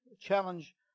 challenge